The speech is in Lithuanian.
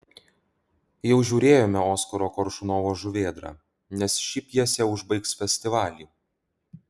jau žiūrėjome oskaro koršunovo žuvėdrą nes ši pjesė užbaigs festivalį